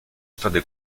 state